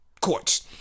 courts